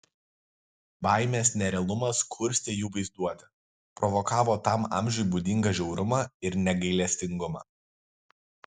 baimės nerealumas kurstė jų vaizduotę provokavo tam amžiui būdingą žiaurumą ir negailestingumą